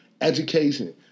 Education